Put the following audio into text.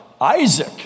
Isaac